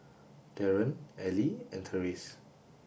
Darrin Allie and Terese